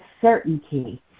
certainty